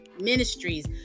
ministries